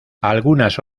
algunas